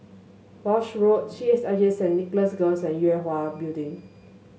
Walshe Road C H I J Saint Nicholas Girls and Yue Hwa Building